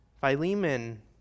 Philemon